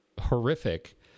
horrific